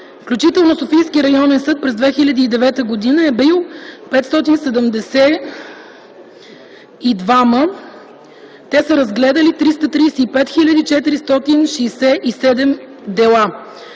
включително Софийски районен съд, през 2009 г. е бил 572. Те са разгледали 335 хил. 467 дела.